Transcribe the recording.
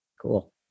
Cool